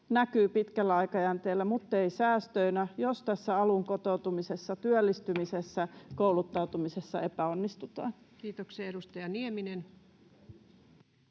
näkyvät pitkällä aikajänteellä, mutta eivät säästöinä, jos tässä alun kotoutumisessa, työllistymisessä, kouluttautumisessa epäonnistutaan. Kiitoksia. — Edustaja Nieminen.